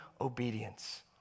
obedience